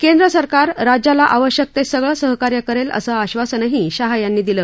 केंद्र सरकार राज्याला आवश्यक ते सगळं सहकार्य करेल असं आश्वासनही शाह यांनी दिलं